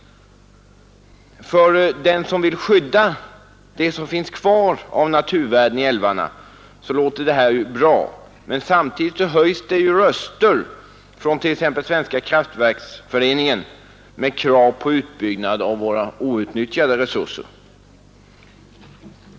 För den som vill skydda det som finns kvar av naturvärden i älvarna låter det här ju bra, men samtidigt höjs det röster från t.ex. Svenska kraftverksföreningen med krav på utbyggnad av. våra outnyttjade resurser.